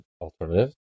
Alternative